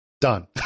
done